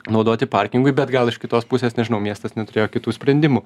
naudoti parkingui bet gal iš kitos pusės nežinau miestas neturėjo kitų sprendimų